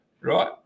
right